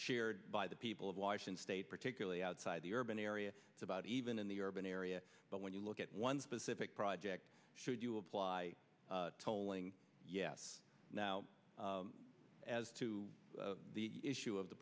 shared by the people of washington state particularly outside the urban area about even in the urban area but when you look at one specific project should you apply tolling yes now as to the issue of the